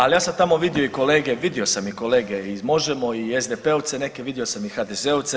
Ali ja sam tamo vidio i kolege, vidio sam i kolege iz Možemo, i SDP-ovce neke, vidio sam i HDZ-ovce.